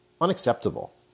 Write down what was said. Unacceptable